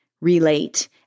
relate